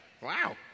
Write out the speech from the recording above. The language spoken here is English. Wow